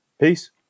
peace